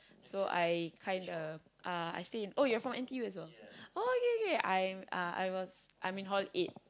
so I kinda uh I stay in oh you're from N_T_U as well oh okay okay I'm uh I was I'm in hall eight